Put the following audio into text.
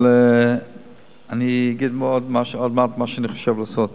אבל אני אגיד עוד מעט מה אני חושב לעשות.